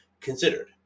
considered